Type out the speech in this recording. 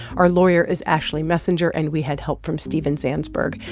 our lawyer is ashley messenger. and we had help from steven zansberg.